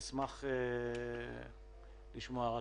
אני אשמח לשמוע אותו.